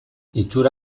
itxura